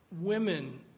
women